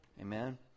Amen